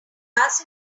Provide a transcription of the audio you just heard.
grass